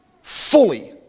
Fully